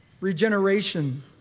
regeneration